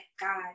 god